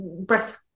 breast